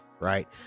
right